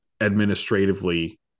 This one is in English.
administratively